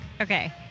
okay